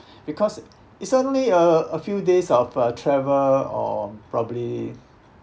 because it's only uh a few days of uh travel or probably